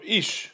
ish